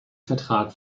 vertrag